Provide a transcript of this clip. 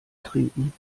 trinken